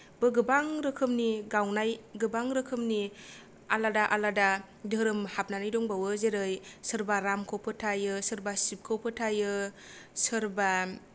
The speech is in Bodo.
बो गोबां रोखोमनि गावनाय गोबां रोखोमनि आलादा आलादा धोरोम हाबनानै दंबावो जेरै सोरबा रामखौ फोथायो सोरबा शिबखौ फोथायो सोरबा